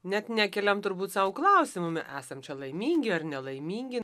net nekeliam turbūt sau klausimų me esam čia laimingi ar nelaimingi